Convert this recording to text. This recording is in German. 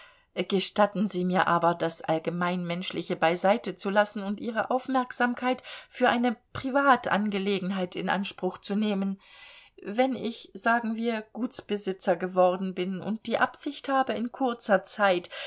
gestatten sie mir aber das allgemein menschliche beiseite zu lassen und ihre aufmerksamkeit für eine privatangelegenheit in anspruch zu nehmen wenn ich sagen wir gutsbesitzer geworden bin und die absicht habe in kurzer zeit